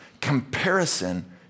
Comparison